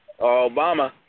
Obama